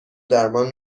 درمان